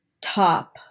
top